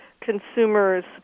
consumers